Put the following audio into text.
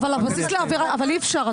אי-אפשר,